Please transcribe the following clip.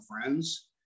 friends